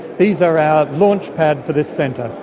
these are our launch pad for this centre.